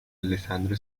alessandro